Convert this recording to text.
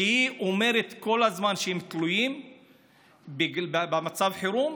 שהיא אומרת כל הזמן שהם תלויים במצב החירום,